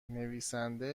نویسنده